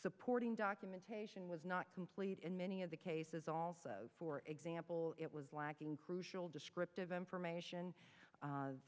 supporting documentation was not complete in many of the cases all for example it was lacking crucial descriptive information